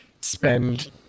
spend